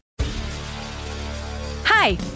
Hi